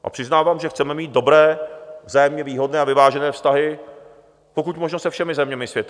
A přiznávám, že chceme mít dobré, vzájemně výhodné a vyvážené vztahy pokud možno se všemi zeměmi světa.